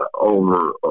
over